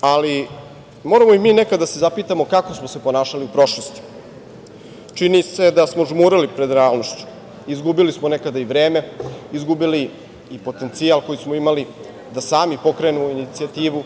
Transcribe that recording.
ali moramo i mi nekada da se zapitamo kako smo se ponašali u prošlosti. Čini se da smo žmurili pred realnošću, izgubili smo nekada i vreme, izgubili i potencijal koji smo imali da sami pokrenemo inicijativu,